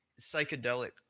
psychedelic